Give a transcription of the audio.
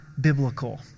biblical